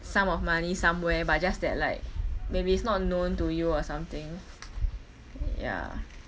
sum of money somewhere but just that like maybe it's not known to you or something ya